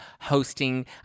hosting